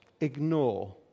ignore